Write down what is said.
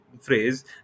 phrase